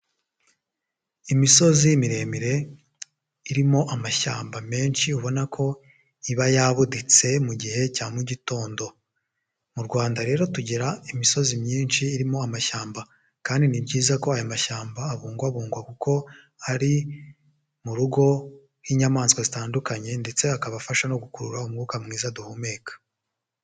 Imisozi miremire irimo amashyamba menshi, ubona ko iba yabuditse mu gihe cya mu gitondo. Mu Rwanda rero tugera imisozi myinshi irimo amashyamba kandi ni byiza ko aya mashyamba abungwabungwa kuko ari mu rugo h'inyamaswa zitandukanye ndetse akabafasha no gukurura umwuka mwiza duhumeka.